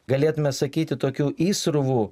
galėtume sakyti tokių įsruvų